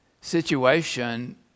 situation